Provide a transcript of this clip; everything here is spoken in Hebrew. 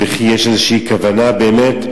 וכי יש כוונה באמת,